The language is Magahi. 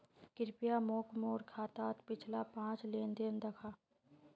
कृप्या मोक मोर खातात पिछला पाँच लेन देन दखा